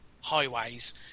highways